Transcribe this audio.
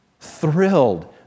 thrilled